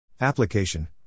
Application